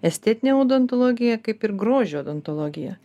estetinė odontologija kaip ir grožio odontologija